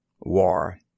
WAR